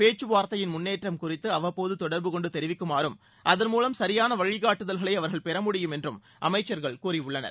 பேச்சுவார்த்தையின் முன்னேற்றம் குறித்து அவ்வப்போது தொடர்புகொண்டு தெரிவிக்குமாறும் அதன் மூலம் சரியான வழிகாட்டுதல்களை அவர்கள் பெறமுடியும் என்றும் அமைச்சர்கள் கூறிபுள்ளனர்